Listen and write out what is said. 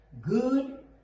Good